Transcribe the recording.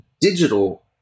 digital